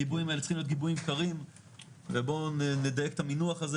הגיבויים האלה צריכים להיות גיבויים קרים ובוא נדייק את המינוח הזה,